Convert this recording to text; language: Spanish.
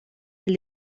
del